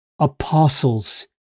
apostles